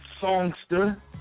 songster